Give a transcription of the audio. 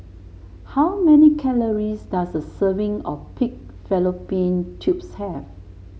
how many calories does a serving of Pig Fallopian Tubes have